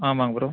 ஆமாம்ங்க ப்ரோ